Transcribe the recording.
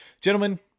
gentlemen